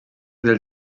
del